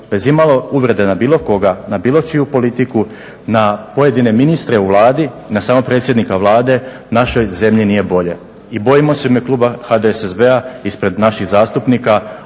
bez imalo uvrede na bilo koga, na bilo čiju politiku, na pojedine ministre u Vladi, na samog predsjednika Vlade, našoj zemlji nije bolje. I bojimo se u ime kluba HDSSB-a ispred naših zastupnika,